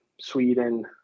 Sweden